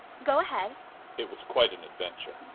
go ahead it was quite an adventure.